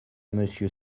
monsieur